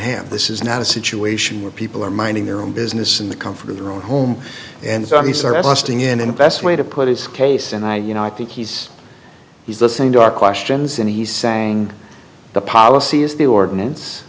have this is not a situation where people are minding their own business in the comfort of their own home and so he started listing in a best way to put his case and i you know i think he's he's listening to our questions and he sang the policy is the ordinance